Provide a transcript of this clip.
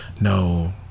no